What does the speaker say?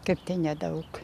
kaip tai nedaug